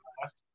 last